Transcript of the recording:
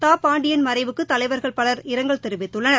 தாபாண்டியன் மறைவுக்குதலைவர்கள் பவர் இரங்கல் தெரிவித்துள்ளனர்